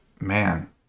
Man